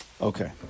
Okay